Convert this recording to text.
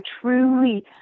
truly